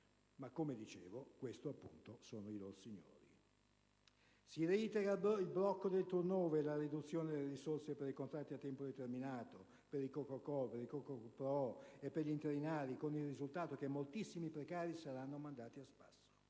Ma, come dicevo, questi appunto sono "lor signori". Si reitera il blocco del *turnover,* la riduzione delle risorse per i contratti a tempo determinato, per i co.co.co., per i co.co.pro. e per gli interinali, con il risultato che moltissimi precari saranno mandati a spasso.